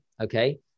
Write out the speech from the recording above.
okay